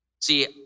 See